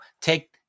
take